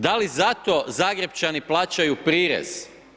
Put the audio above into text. Da li zato Zagrepčani plaćaju prirez?